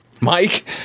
Mike